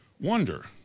wonder